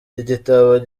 igitabo